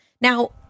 Now